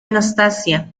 anastasia